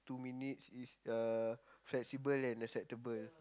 two minutes is uh flexible and acceptable